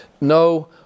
no